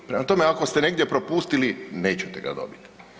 Prema tome, ako ste negdje propustili nećete ga dobiti.